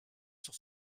sur